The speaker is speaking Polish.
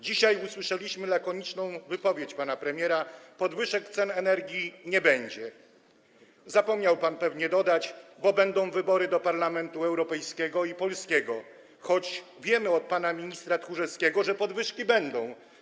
Dzisiaj usłyszeliśmy lakoniczną wypowiedź pana premiera: podwyżek cen energii nie będzie - zapomniał pan pewnie dodać: bo będą wybory do parlamentu europejskiego i polskiego - choć wiemy od pana ministra Tchórzewskiego, że podwyżki będą.